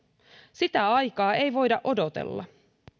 sitä aikaa ei voida odotella